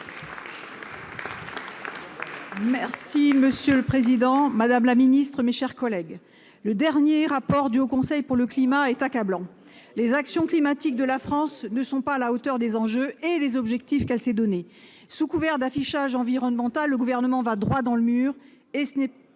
Préville, pour le groupe socialiste et républicain. Le dernier rapport du Haut Conseil pour le climat est accablant. Les actions climatiques de la France ne sont pas à la hauteur des enjeux et des objectifs qu'elle s'est donnés. Sous couvert d'affichage environnemental, le Gouvernement va droit dans le mur.